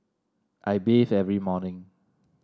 I bathe every morning